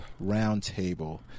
Roundtable